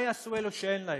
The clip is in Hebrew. מה יעשו אלו שאין להם?